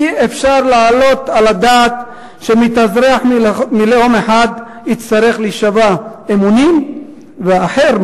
אי-אפשר להעלות על הדעת שמתאזרח מלאום אחד יצטרך להישבע אמונים ואחר,